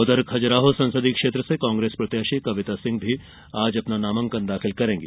उधर खजुराहो संसदीय क्षेत्र से कांग्रेस प्रत्याशी कविता सिंह भी आज अपना नामांकन दाखिल करेंगी